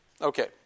Okay